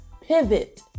pivot